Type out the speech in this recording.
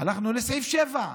הלכנו לסעיף 7,